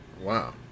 Wow